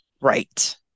Right